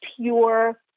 pure